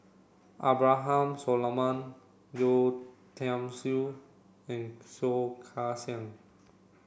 Abraham Solomon Yeo Tiam Siew and Soh Kay Siang